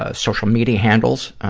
ah social media handles, ah,